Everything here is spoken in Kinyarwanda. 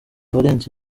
valens